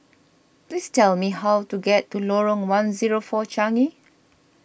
please tell me how to get to Lorong one zero four Changi